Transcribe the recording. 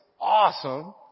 awesome